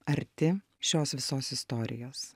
arti šios visos istorijos